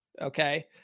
Okay